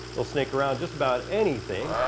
it'll snake around just about anything,